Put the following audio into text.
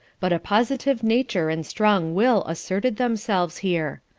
but a positive nature and strong will asserted themselves here.